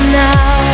now